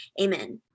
Amen